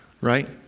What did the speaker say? right